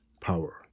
power